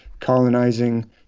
colonizing